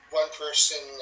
one-person